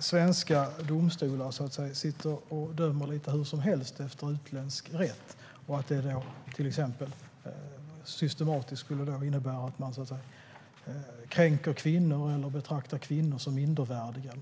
svenska domstolar sitter och dömer lite hur som helst efter utländsk rätt och att detta skulle innebära att man systematiskt kränker kvinnor eller betraktar dem som mindervärdiga.